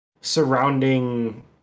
surrounding